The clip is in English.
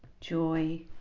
joy